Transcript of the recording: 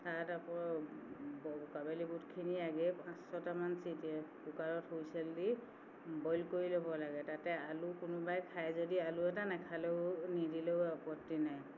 তাত আকৌ ব কাবেলি বুটখিনি আগেয়ে পাঁচ ছটামান চিটি কুকাৰত হুইচেল দি বইল কৰি ল'ব লাগে তাতে আলু কোনোবাই খাই যদি আলু এটা নেখালেও নিদিলেও আপত্তি নাই